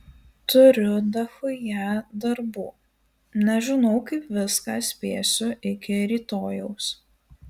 turiu dachuja darbų nežinau kaip viską spėsiu iki rytojaus